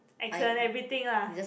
accent everything lah